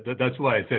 that's why i say,